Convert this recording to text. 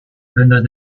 prendas